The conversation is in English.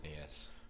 Yes